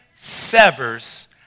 severs